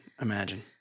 imagine